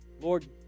Lord